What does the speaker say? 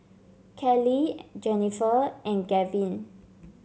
Keli Jenifer and Gavyn